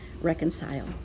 reconcile